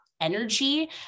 energy